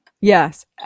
yes